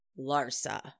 Larsa